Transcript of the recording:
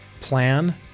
plan